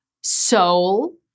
soul